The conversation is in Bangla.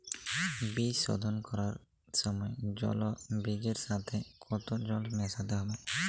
বীজ শোধন করার সময় জল বীজের সাথে কতো জল মেশাতে হবে?